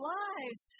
lives